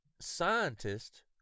scientists